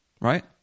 Right